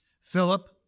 Philip